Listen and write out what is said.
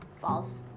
False